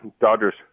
Dodgers